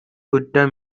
குற்ற